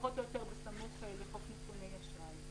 פחות או יותר בסמוך לחוק נתוני אשראי.